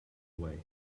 away